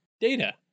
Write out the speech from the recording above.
Data